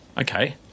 okay